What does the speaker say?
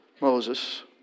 Moses